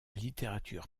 littérature